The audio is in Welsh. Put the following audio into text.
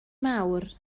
mawr